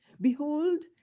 Behold